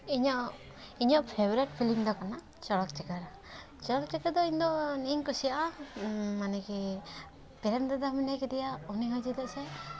ᱤᱧᱟᱜ ᱤᱧᱟᱜ favourite film ᱫᱚ ᱠᱟᱱᱟ ᱪᱚᱨᱚᱠ ᱪᱤᱠᱟᱹᱲ ᱪᱚᱨᱚᱠ ᱪᱤᱠᱟᱹᱲ ᱫᱚ ᱤᱧ ᱫᱚᱧ ᱱᱤᱭᱟᱹᱧ ᱠᱩᱥᱤᱭᱟᱜᱼᱟ ᱢᱟᱱᱮ ᱠᱤ ᱯᱨᱮᱢ ᱫᱟᱫᱟ ᱢᱮᱱᱟᱭ ᱠᱟᱫᱮᱭᱟ ᱩᱱᱤ ᱦᱚᱸ ᱪᱮᱫᱟᱜ ᱥᱮ